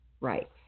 right